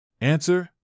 Answer